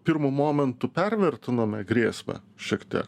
pirmu momentu pervertinome grėsmę šiek tiek